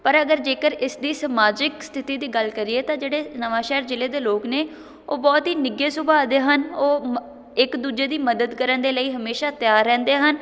ਪਰ ਅਗਰ ਜੇਕਰ ਇਸ ਦੀ ਸਮਾਜਿਕ ਸਥਿਤੀ ਦੀ ਗੱਲ ਕਰੀਏ ਤਾਂ ਜਿਹੜੇ ਨਵਾਂਸ਼ਹਿਰ ਜ਼ਿਲ੍ਹੇ ਦੇ ਲੋਕ ਨੇ ਉਹ ਬਹੁਤ ਹੀ ਨਿੱਘੇ ਸੁਭਾਅ ਦੇ ਹਨ ਉਹ ਮ ਇੱਕ ਦੂਜੇ ਦੀ ਮਦਦ ਕਰਨ ਦੇ ਲਈ ਹਮੇਸ਼ਾ ਤਿਆਰ ਰਹਿੰਦੇ ਹਨ